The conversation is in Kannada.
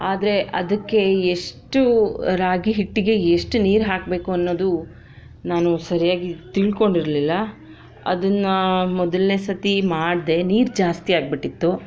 ಆದರೆ ಅದಕ್ಕೆ ಎಷ್ಟು ರಾಗಿಹಿಟ್ಟಿಗೆ ಎಷ್ಟು ನೀರು ಹಾಕ್ಬೇಕು ಅನ್ನೋದು ನಾನು ಸರಿಯಾಗಿ ತಿಳ್ಕೊಂಡಿರ್ಲಿಲ್ಲ ಅದನ್ನು ಮೊದಲನೇ ಸರ್ತಿ ಮಾಡಿದೆ ನೀರು ಜಾಸ್ತಿ ಆಗ್ಬಿಟ್ಟಿತ್ತು